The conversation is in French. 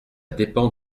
dépend